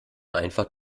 einfach